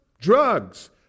drugs